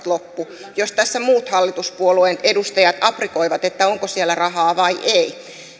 loppu vaikka tässä muut hallituspuolueen edustajat aprikoivat onko siellä rahaa vai ei